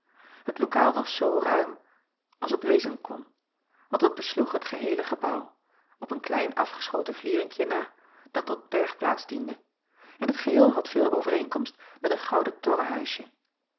et lokaal was zoo ruim als het wezen kon want het besloeg het geheele gebouw op een klein afgeschoten vlieringje na dat tot bergplaats diende en het geheel had veel overeenkomst met een